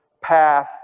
path